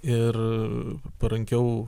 ir parankiau